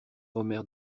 omer